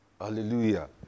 Hallelujah